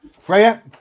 Freya